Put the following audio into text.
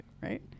right